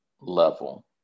level